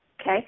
Okay